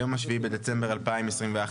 היום ה-7 בדצמבר 2021,